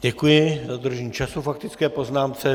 Děkuji za dodržení času k faktické poznámce.